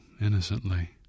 innocently